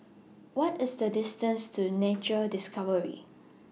What IS The distance to Nature Discovery